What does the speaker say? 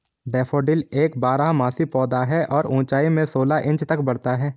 daffodil एक बारहमासी पौधा है और ऊंचाई में सोलह इंच तक बढ़ता है